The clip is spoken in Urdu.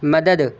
مدد